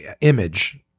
image